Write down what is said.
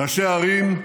ראשי ערים,